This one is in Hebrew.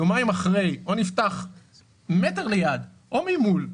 יומיים אחרי נפתח אותו מתקן מטר ליד או מול.